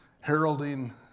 heralding